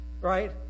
right